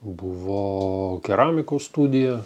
buvo keramikos studija